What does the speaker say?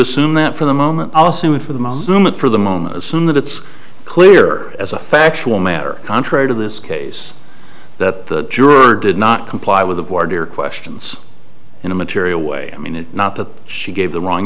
assume that for the moment i'll assume for the moment for the moment assume that it's clear as a factual matter contrary to this case that the juror did not comply with the border questions in a material way i mean it's not that she gave the wrong